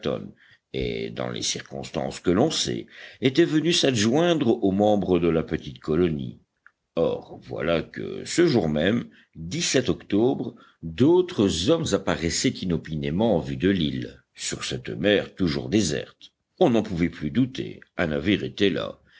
et dans les circonstances que l'on sait était venu s'adjoindre aux membres de la petite colonie or voilà que ce jour même octobre d'autres hommes apparaissaient inopinément en vue de l'île sur cette mer toujours déserte on n'en pouvait plus douter un navire était là